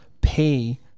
pay